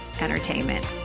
entertainment